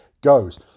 goes